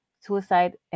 suicide